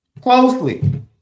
Closely